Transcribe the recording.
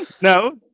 no